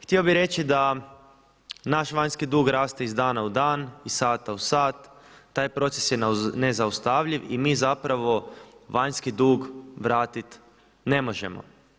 Htio bi reći da naš vanjski dug raste iz dana u dan, iz sada u sat, taj proces je nezaustavljiv i mi zapravo vanjski dug vratit ne možemo.